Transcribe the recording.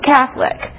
Catholic